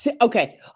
Okay